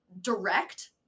direct